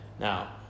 Now